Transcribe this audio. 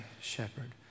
shepherd